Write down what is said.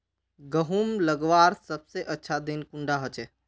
गहुम लगवार सबसे अच्छा दिन कुंडा होचे?